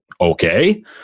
okay